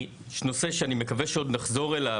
נושא שאני מקווה שעוד נחזור אליו,